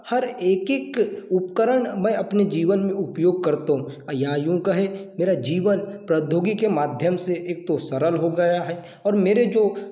हर एक एक उपकरण मैं अपने जीवन में उपयोग करता हूँ या यूँ कहें मेरा जीवन प्रौद्योगिकी के माध्यम से एक तो सरल हो गया है और मेरे जो